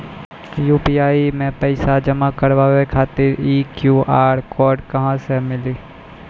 UPI मे पैसा जमा कारवावे खातिर ई क्यू.आर कोड कहां से मिली?